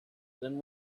then